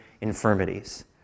infirmities